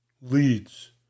Leads